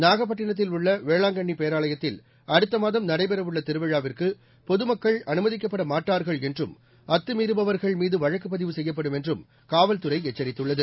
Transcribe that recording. நாகப்பட்டிணத்தில் உள்ள வேளாங்கண்ணி பேராலயத்தில் அடுத்த மாதம் நடைபெறவுள்ள திருவிழாவிற்கு பொதுமக்கள் அனுமதிக்கப்படமாட்டார்கள் என்றும் அத்துமீறபவர்கள்மீது வழக்குப் பதிவு செய்யப்படும் என்றும் காவல்துறை எச்சரித்துள்ளது